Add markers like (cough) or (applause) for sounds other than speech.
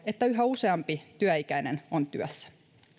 että yhä useampi työikäinen (unintelligible) (unintelligible) on työssä